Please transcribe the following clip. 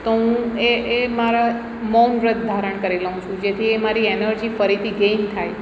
તો હું એ એ મારા મૌન વ્રત ધારણ કરી લઉં છું જેથી એ મારી એનર્જી ફરીથી ગેન થાય